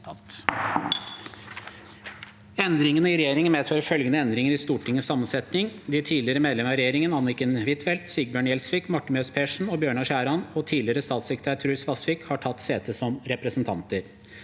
Endringene i regjeringen medfører følgende endringer i Stortingets sammensetning: De tidligere medlemmene av regjeringen, Anniken Huitfeldt, Sigbjørn Gjelsvik, Marte Mjøs Persen og Bjør- nar Skjæran og tidligere statssekretær Truls Vasvik, har tatt sete som representanter.